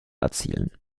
erzielen